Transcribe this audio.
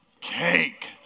Cake